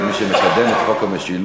כמי שמקדם את חוק המשילות,